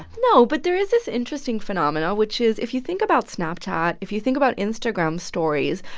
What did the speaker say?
no. but there is this interesting phenomenon, which is if you think about snapchat, if you think about instagram stories,